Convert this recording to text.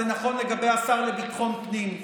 זה נכון לגבי השר לביטחון פנים.